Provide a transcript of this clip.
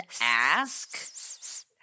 ask